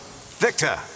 Victor